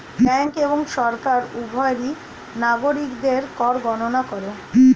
bank এবং সরকার উভয়ই নাগরিকদের কর গণনা করে